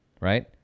right